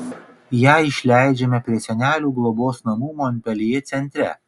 ją išleidžiame prie senelių globos namų monpeljė centre